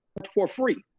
for free,